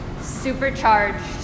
supercharged